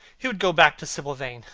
he would go back to sibyl vane,